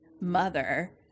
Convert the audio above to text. mother